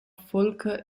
folk